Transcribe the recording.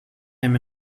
him